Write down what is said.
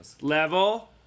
Level